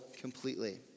completely